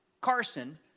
Carson